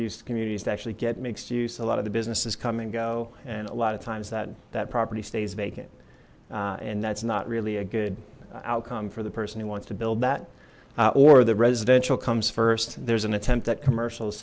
use communities to actually get mixed use a lot of the businesses come and go and a lot of times that that property stays vacant and that's not really a good outcome for the person who wants to build that or the residential comes first there's an attempt at commercials